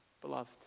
beloved